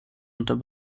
unter